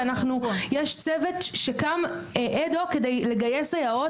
ויש צוות שקם אד הוק כדי לגייס סייעות.